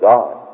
God